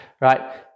right